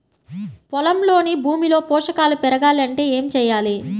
పొలంలోని భూమిలో పోషకాలు పెరగాలి అంటే ఏం చేయాలి?